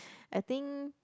I think